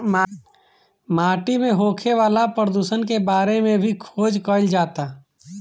माटी में होखे वाला प्रदुषण के बारे में भी खोज कईल जाता